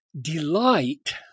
Delight